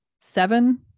seven